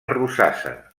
rosassa